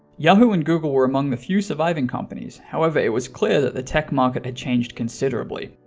yahoo and google were among the few surviving companies, however it was clear that the tech market had changed considerably.